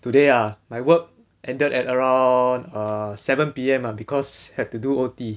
today ah my work ended at around err seven P_M lah because had to do O_T